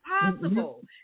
possible